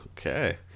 Okay